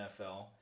NFL